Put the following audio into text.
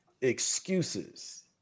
excuses